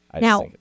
Now